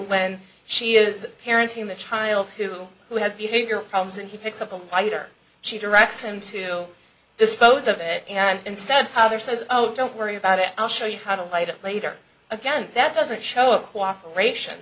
when she is parenting a child who has behavioral problems and he picks up a lighter she directs him to dispose of it and instead father says oh don't worry about it i'll show you how to light it later again that doesn't show up cooperation